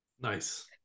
nice